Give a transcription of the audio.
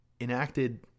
enacted